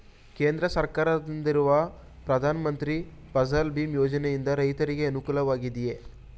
ಕೇಂದ್ರ ಸರ್ಕಾರದಿಂದಿರುವ ಪ್ರಧಾನ ಮಂತ್ರಿ ಫಸಲ್ ಭೀಮ್ ಯೋಜನೆಯಿಂದ ರೈತರಿಗೆ ಅನುಕೂಲವಾಗಿದೆಯೇ?